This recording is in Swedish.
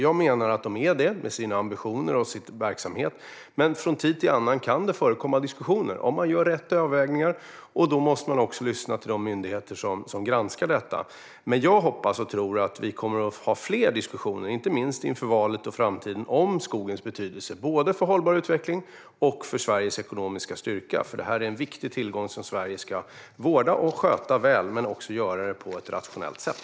Jag menar att man är det i sina ambitioner och sin verksamhet, men från tid till annan kan det förekomma diskussioner om man gör rätt övervägningar. Då måste man också lyssna till de myndigheter som granskar detta. Jag hoppas och tror att vi kommer att ha fler diskussioner, inte minst inför valet, om skogens betydelse för hållbar utveckling och för Sveriges ekonomiska styrka. Det är en viktig tillgång som Sverige ska vårda och sköta väl, och man ska också göra det på ett rationellt sätt.